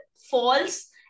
false